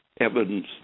evidence